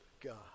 God